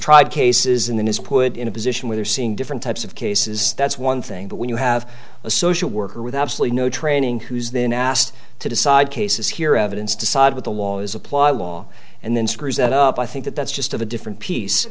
tried cases in the news put in a position where they're seeing different types of cases that's one thing but when you have a social worker with absolutely no training who's been asked to decide cases here evidence to side with the law is applied law and then screws that up i think that that's just of a different piece